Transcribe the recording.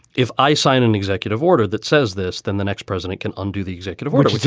if i sign an executive order that says this, then the next president can undo the executive order,